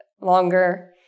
longer